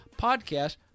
podcast